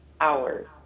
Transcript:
hours